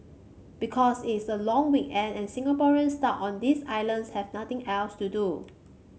because it's the long weekend and Singaporeans stuck on this islands have nothing else to do